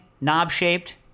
knob-shaped